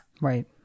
Right